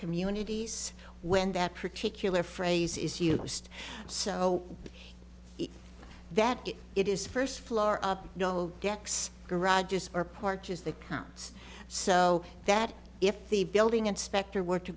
communities when that particular phrase is used so that it is first floor up no gets garage or porch is the count's so that if the building inspector were to